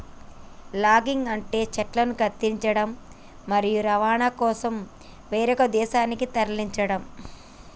logging అంటే చెట్లను కత్తిరించడం, మరియు రవాణా కోసం వేరొక ప్రదేశానికి తరలించడం